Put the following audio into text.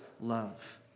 love